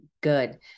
good